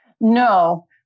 No